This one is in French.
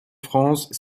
france